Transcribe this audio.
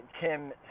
Kim